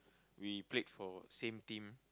we played for same team